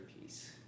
piece